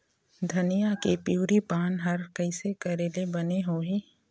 धनिया के पिवरी पान हर कइसे करेले बने होही?